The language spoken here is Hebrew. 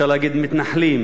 אפשר להגיד מתנחלים,